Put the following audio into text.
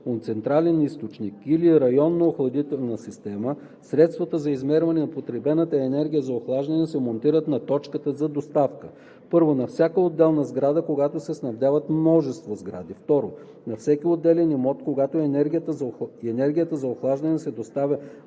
от централен източник или районна охладителна система, средствата за измерване на потребената енергия за охлаждане се монтират на точката за доставка: 1. на всяка отделна сграда, когато се снабдяват множество сгради; 2. на всеки отделен имот, когато енергията за охлаждане се доставя